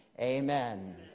Amen